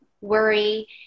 worry